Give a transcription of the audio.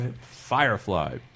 Firefly